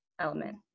element